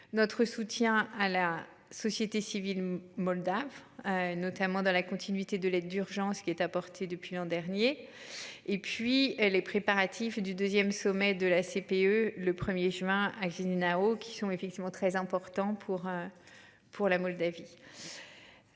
Notre soutien à la société civile moldave. Notamment dans la continuité de l'aide d'urgence qui est apportée depuis l'an dernier et puis les préparatifs du 2ème, sommet de la CPE, le 1er juin Alzina qui sont effectivement très important pour. Pour la Moldavie.